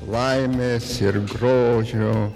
laimės ir grožio